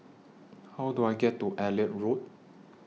How Do I get to Elliot Road